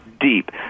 deep